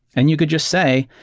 and you could just say,